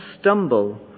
stumble